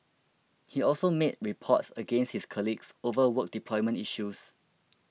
he also made reports against his colleagues over work deployment issues